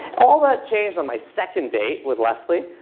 all that changed on my second date with leslie,